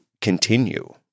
Continue